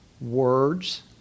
Words